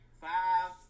five